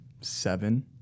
seven